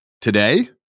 today